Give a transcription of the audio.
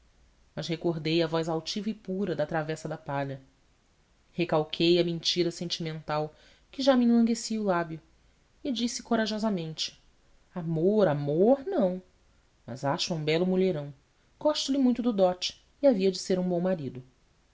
mas recordei a voz altiva e pura da travessa da palha recalquei a mentira sentimental que já me enlanguescia o lábio e disse corajosamente amor amor não mas acho-a um belo mulherão gosto lhe muito do dote e havia de ser um bom marido